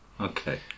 Okay